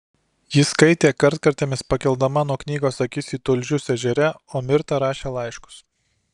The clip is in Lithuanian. ji skaitė kartkartėmis pakeldama nuo knygos akis į tulžius ežere o mirta rašė laiškus